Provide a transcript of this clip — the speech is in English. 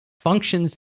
functions